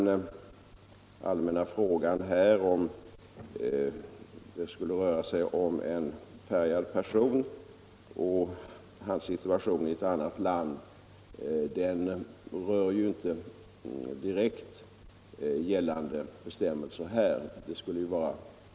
Den andra allmänna frågan, som handlar om en färgad person och hans situation i ett annat land, berör inte direkt gällande bestämmelser här.